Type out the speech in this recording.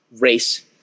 race